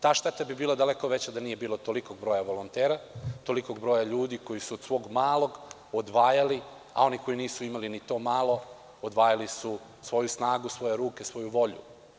Ta šteta bi bila daleko veća da nije bilo tolikog broja volontera, tolikog broja ljudi koji su od svog malog odvajali, a oni koji nisu imali ni to malo, odvajali su svoju snagu, svoje ruke, svoju volju.